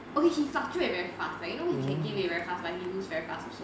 okay he fluctuate very fast like you know he can gain weight very fast but he can lose very fast also